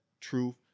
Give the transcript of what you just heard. truth